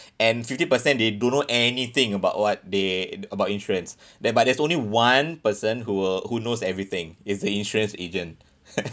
and fifty percent they don't know anything about what they about insurance that but there's only one person who were who knows everything it's the insurance agent